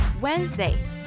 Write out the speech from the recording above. Wednesday